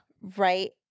Right